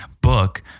book